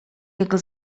jego